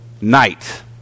night